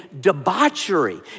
debauchery